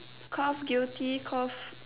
cough guilty cough